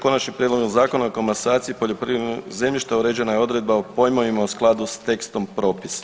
Konačnim prijedlogom Zakona o komasaciji poljoprivrednog zemljišta uređena je odredba o pojmovima u skladu s tekstom propisa.